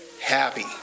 happy